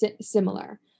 Similar